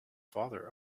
father